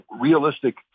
realistic